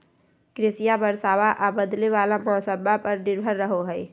कृषिया बरसाबा आ बदले वाला मौसम्मा पर निर्भर रहो हई